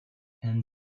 and